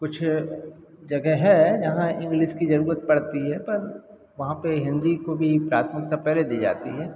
कुछ जगह है जहाँ इंग्लिस की ज़रूरत पड़ती है पर वहाँ पर हिन्दी को भी प्राथमिकता पहले दी जाती है